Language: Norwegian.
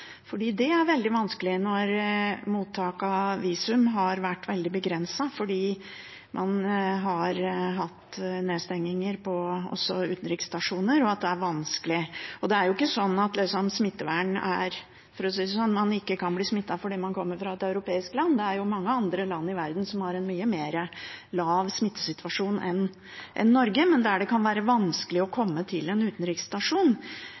har vært veldig begrenset fordi man har hatt nedstengninger også på utenriksstasjoner, er det vanskelig. Og det er jo ikke sånn at man ikke kan bli smittet fordi om man kommer fra et europeisk land – det er jo mange land i verden som har en mye lavere smitte enn i Norge, men der det kan være vanskelig å komme til en utenriksstasjon.